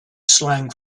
slang